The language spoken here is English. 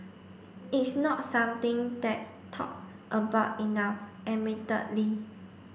it's not something that's talked about enough admittedly